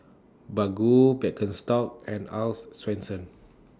Baggu Birkenstock and Earl's Swensens